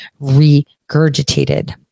regurgitated